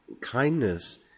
Kindness